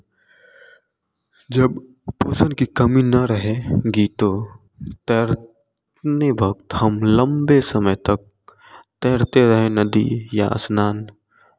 जब पोषण की कमी ना रहेगी तो तैरने वक्त हम हम लम्बे समय तक तैरते रहें नदी या स्नान